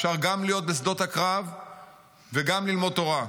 אפשר גם להיות בשדות הקרב וגם ללמוד תורה.